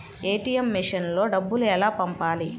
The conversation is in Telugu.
ఏ.టీ.ఎం మెషిన్లో డబ్బులు ఎలా పంపాలి?